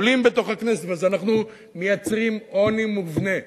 עולה בתוך הכנסת, ואז אנחנו מייצרים עוני מובנה,